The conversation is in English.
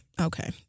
Okay